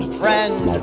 friend